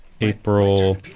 April